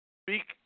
speak